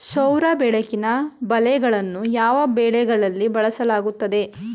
ಸೌರ ಬೆಳಕಿನ ಬಲೆಗಳನ್ನು ಯಾವ ಬೆಳೆಗಳಲ್ಲಿ ಬಳಸಲಾಗುತ್ತದೆ?